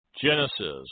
Genesis